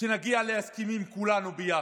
שנגיע להסכמים כולנו ביחד.